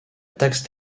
taxe